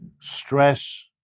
stress